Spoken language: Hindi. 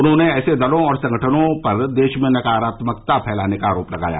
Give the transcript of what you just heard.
उन्होंने ऐसे दलों और संगठनों पर देश में नकारात्मकता फैलाने का आरोप लगाया